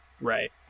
Right